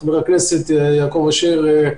חבר הכנסת יעקב אשר,